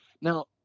Now